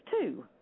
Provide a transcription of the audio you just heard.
two